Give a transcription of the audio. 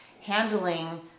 handling